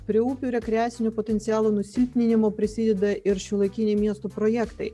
prie upių rekreacinio potencialo nusilpninimo prisideda ir šiuolaikiniai miestų projektai